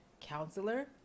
Counselor